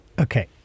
Okay